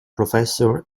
professor